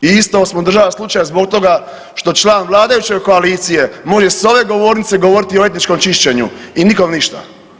I isto smo država slučaj zbog toga što član vladajuće koalicije može s ove govornice govoriti o etničkom čišćenju i nikom ništa.